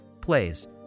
plays